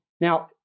now